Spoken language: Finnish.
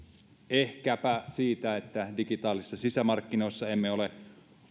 ehkäpä siitä että digitaalisissa sisämarkkinoissa emme ole